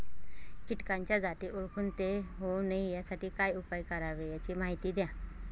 किटकाच्या जाती ओळखून ते होऊ नये यासाठी काय उपाय करावे याची माहिती द्या